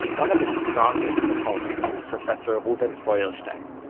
one of its strongest opponents is professor reuven feuerstein,